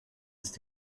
ist